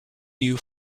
new